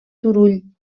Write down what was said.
turull